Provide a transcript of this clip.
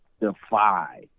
defy